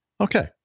Okay